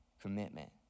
commitment